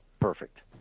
perfect